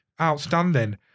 Outstanding